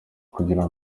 kugira